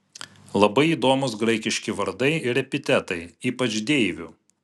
labai įdomūs graikiški vardai ir epitetai ypač deivių